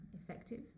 effective